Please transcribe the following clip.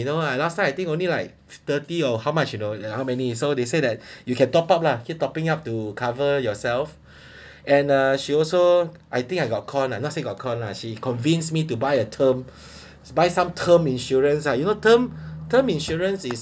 you know lah last time I think only like thirty or how much you know how many so they say that you can top up lah keep topping up to cover yourself and uh she also I think I got conned lah not say got conned lah she convinced me to buy a term buy some term insurance lah you know term term insurance is